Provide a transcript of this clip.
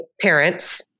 parents